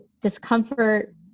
discomfort